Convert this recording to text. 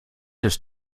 des